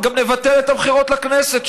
גם נבטל את הבחירות לכנסת,